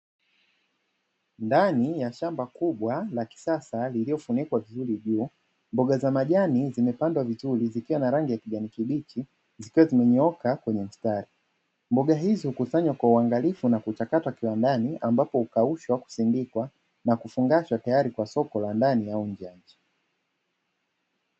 Ndani ya shamba kubwa la kisasa lililofunikwa vizuri juu, mboga za majani zimepandwa huku zikiwa na rangi ya kijani kibichi huku zikiwa zimenyooka kwenye mstari, mboga hizo hukusanywa kwa uangalifu na kuchakatwa kiwandani ambapo hukaushwa, kusindikwa na kufungashwa tayari kwa soko la ndani au nje.